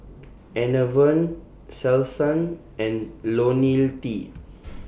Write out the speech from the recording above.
Enervon Selsun and Lonil T